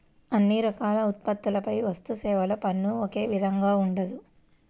అన్ని రకాల ఉత్పత్తులపై వస్తుసేవల పన్ను ఒకే విధంగా ఉండదు